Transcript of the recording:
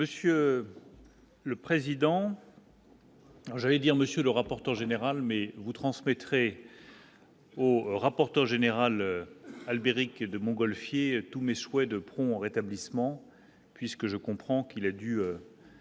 Monsieur le président. J'allais dire, monsieur le rapporteur général mais vous transmettrez. Au rapporteur général Albéric de Montgolfier tous mes souhaits de prompt rétablissement puisque je comprends qu'il a dû.